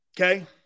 Okay